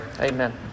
Amen